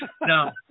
No